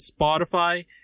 Spotify